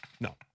No